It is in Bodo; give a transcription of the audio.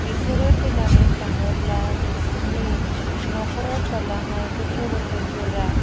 बिसोरो थैनानै थाङोब्ला बिसिनि नखराव थालांनाय गथ' गथायफोरा